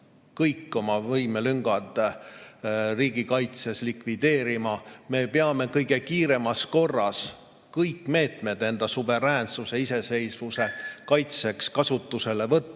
kõik oma võimelüngad riigikaitses likvideerima. Me peame kõige kiiremas korras kõik meetmed enda suveräänsuse, iseseisvuse kaitseks kasutusele võtma.